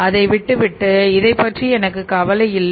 அதை விட்டுவிட்டு இதைப் பற்றி எனக்கு கவலை இல்லை